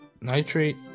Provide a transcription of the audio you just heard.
nitrate